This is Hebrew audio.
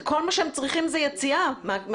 כל מה שהם צריכים זאת יציאה מהשכונה.